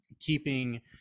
keeping